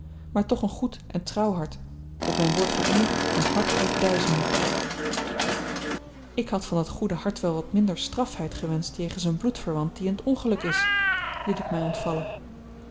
maar toch een goed en trouw hart op mijn woord van eer een hart uit duizenden ik had van dat goede hart wel wat minder strafheid gewenscht jegens een bloedverwant die in t ongeluk is liet ik mij ontvallen